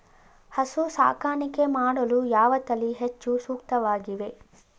ಹಸು ಸಾಕಾಣಿಕೆ ಮಾಡಲು ಯಾವ ತಳಿ ಹೆಚ್ಚು ಸೂಕ್ತವಾಗಿವೆ?